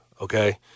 okay